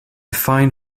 fine